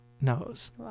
knows